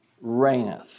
reigneth